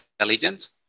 intelligence